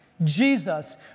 Jesus